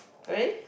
really